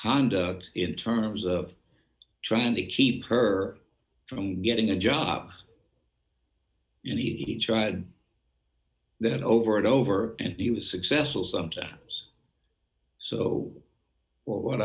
conduct in terms of trying to keep her from getting a job you know he tried that over and over and he was successful sometimes so what